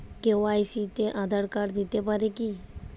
KYC তে Aadhaar card দিতে পারি কি?